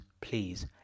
please